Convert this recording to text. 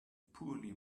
poorly